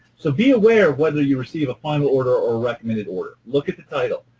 so be aware of whether you receive a final order or recommended order. look at the title,